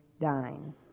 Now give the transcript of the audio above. dine